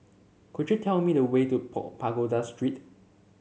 could you tell me the way to pool Pagoda Street